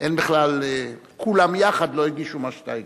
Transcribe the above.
אין בכלל, כולם יחד לא הגישו מה שאתה הגשת.